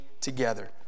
together